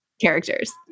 characters